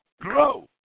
grow